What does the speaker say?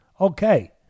Okay